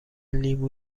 لیمو